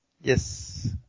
Yes